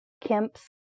Kemp's